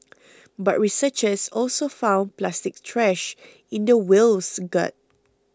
but researchers also found plastic trash in the whale's gut